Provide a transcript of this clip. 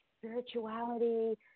spirituality